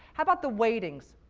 how about the weightings?